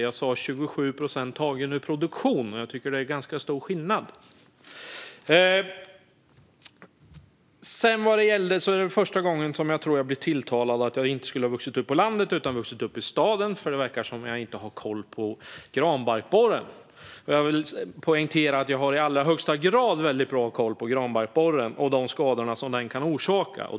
Jag sa 27 procent tagen ur produktion. Det är en ganska stor skillnad. Jag tror att det är första gången som jag blir tilltalad som att jag inte skulle ha vuxit upp på landet utan i staden, eftersom det verkar som att jag inte har koll på granbarkborren. Jag vill poängtera att jag har i allra högsta grad väldigt bra koll på granbarkborren och de skador som den kan orsaka.